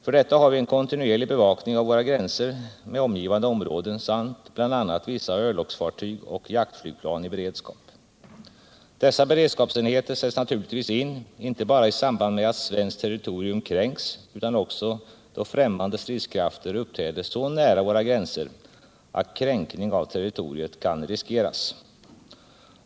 För detta har vi en kontinuerlig bevakning av våra gränser med omgivande områden samt bl.a. vissa örlogsfartyg och jaktflygplan i beredskap. Dessa beredskapsenheter sätts naturligtvis in inte bara i samband med att svenskt territorium kränks utan också då främmande stridskrafter uppträder så nära våra gränser att kränkning av territoriet kan riskeras.